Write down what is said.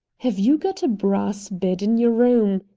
have you got a brass bed in your room?